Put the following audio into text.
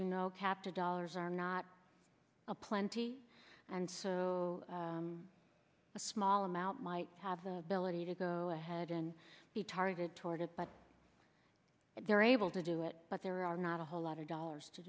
you know capped a dollars are not a plenty and so a small amount might have the ability to go ahead and be targeted toward it but they're able to do it but there are not a whole lot of dollars to